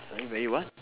something very what